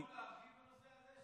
אתה יכול להרחיב בנושא הזה,